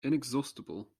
inexhaustible